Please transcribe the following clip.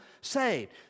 saved